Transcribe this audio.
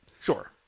Sure